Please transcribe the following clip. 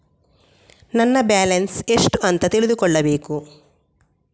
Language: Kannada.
ನನ್ನ ಬ್ಯಾಲೆನ್ಸ್ ಎಷ್ಟು ಅಂತ ತಿಳಿದುಕೊಳ್ಳಬೇಕು?